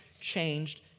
changed